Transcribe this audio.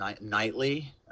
Nightly